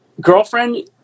girlfriend